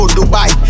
Dubai